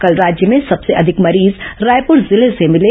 कल राज्य में सबसे अधिक मरीज रायपुर जिले से मिले